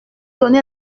donné